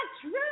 true